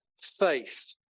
faith